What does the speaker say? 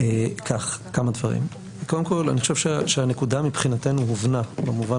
כמה דברים: אני חושב שהנקודה מבחינתנו הובנה במובן